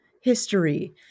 history